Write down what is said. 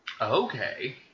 Okay